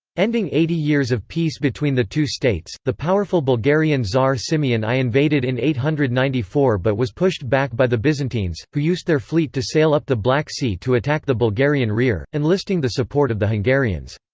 ending eighty years of peace between the two states, the powerful bulgarian tsar simeon i invaded in eight hundred and ninety four but was pushed back by the byzantines, who used their fleet to sail up the black sea to attack the bulgarian rear, enlisting the support of the hungarians.